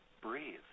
breathe